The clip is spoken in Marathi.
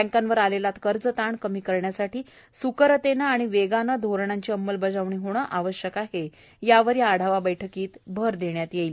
बँकावर आलेला कर्ज ताण कमी करण्यासाठी स्करतेने आणि वेगाने धोरणांची अंमलबजावणी होणे आवश्यक आहे यावर या आढावा बैठकीत भर देण्यात येणार आहे